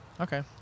Okay